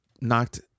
knocked